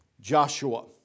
Joshua